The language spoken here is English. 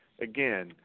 Again